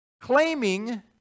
claiming